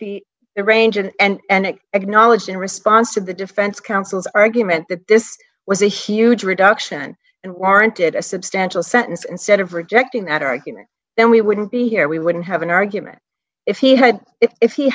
range and it acknowledged in response to the defense counsel's argument that this was a huge reduction and warranted a substantial sentence instead of rejecting that argument then we wouldn't be here we wouldn't have an argument if he had if he